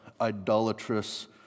idolatrous